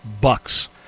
bucks